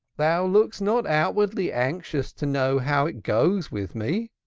thou lookest not outwardly anxious to know how it goes with me.